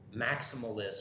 maximalist